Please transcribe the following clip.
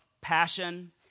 passion